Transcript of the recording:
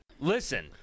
Listen